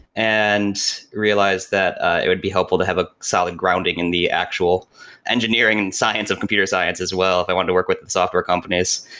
and realize that it would be helpful to have a solid grounding in the actual engineering and science of computer science as well, if i want to work with software companies,